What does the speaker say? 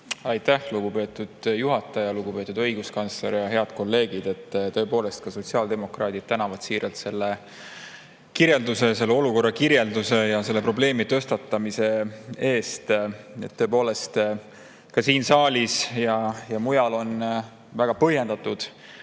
Aitäh, lugupeetud juhataja! Lugupeetud õiguskantsler ja head kolleegid! Tõepoolest, ka sotsiaaldemokraadid tänavad siiralt selle olukorra kirjelduse ja selle probleemi tõstatamise eest. Ka siin saalis ja mujal on väga põhjendatud